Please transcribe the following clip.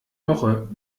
woche